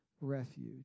refuge